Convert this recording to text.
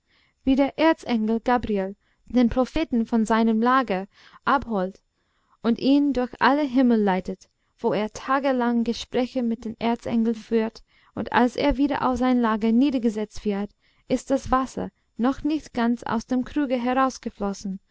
wie der erzengel gabriel den propheten von seinem lager abholt und ihn durch alle himmel leitet wo er tagelang gespräche mit den erzengeln führt und als er wieder auf sein lager niedergesetzt wird ist das wasser noch nicht ganz aus dem kruge